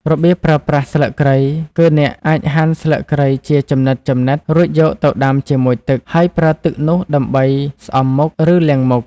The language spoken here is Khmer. របៀបប្រើប្រាស់ស្លឹកគ្រៃគឺ អ្នកអាចហាន់ស្លឹកគ្រៃជាចំណិតៗ រួចយកទៅដាំជាមួយទឹក ហើយប្រើទឹកនោះដើម្បីស្អំមុខ ឬលាងមុខ។